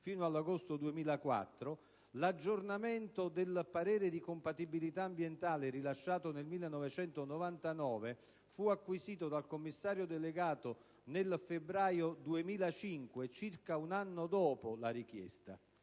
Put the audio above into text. fino all'agosto 2004; l'aggiornamento del parere di compatibilità ambientale rilasciato nel 1999 fu acquisito dal commissario delegato nel febbraio 2005, circa un anno dopo la richiesta.